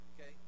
okay